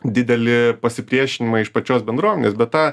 didelį pasipriešinimą iš pačios bendruomenės bet tą